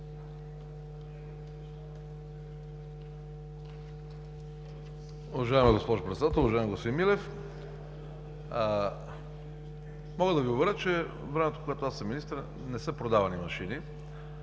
Уважаема госпожо Председател, уважаеми господин Милев! Мога да Ви уверя, че във времето, в което аз съм министър, не са продавани машини.